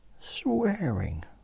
swearing